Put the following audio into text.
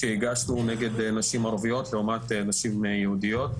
שהגשנו נגד נשים ערביות לעומת נשים יהודיות.